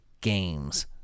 games